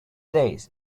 days